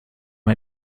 man